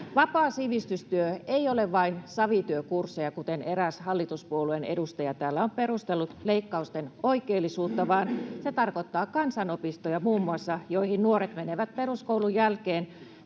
Vapaa sivistystyö ei ole vain savityökursseja, kuten eräs hallituspuolueen edustaja täällä on perustellut leikkausten oikeellisuutta, vaan se tarkoittaa muun muassa kansanopistoja, joihin nuoret menevät peruskoulun jälkeen